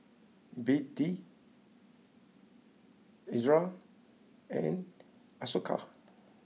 B D Ezerra and Isocal